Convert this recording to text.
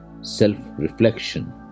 self-reflection